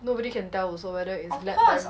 nobody can tell also whether it's lab diamond